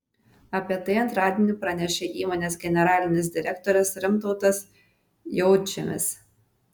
apie tai antradienį pranešė įmonės generalinis direktorius rimtautas jautžemis